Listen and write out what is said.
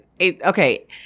okay